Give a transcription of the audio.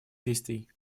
действий